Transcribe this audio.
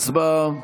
הצבעה.